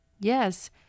Yes